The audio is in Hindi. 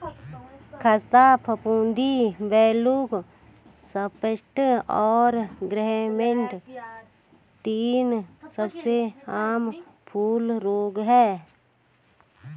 ख़स्ता फफूंदी, ब्लैक स्पॉट और ग्रे मोल्ड तीन सबसे आम फूल रोग हैं